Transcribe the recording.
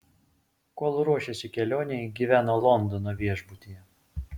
kol ruošėsi kelionei gyveno londono viešbutyje